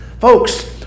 folks